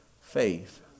faith